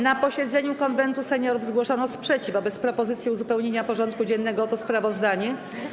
Na posiedzeniu Konwentu Seniorów zgłoszono sprzeciw wobec propozycji uzupełnienia porządku dziennego o to sprawozdanie.